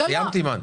סיימת, אימאן?